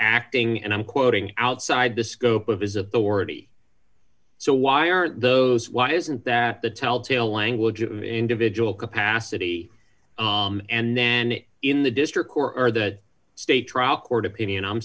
acting and i'm quoting outside the scope of his authority so why aren't those why isn't that the tell tale language of individual capacity and then in the district court or the state trial court opinion i'm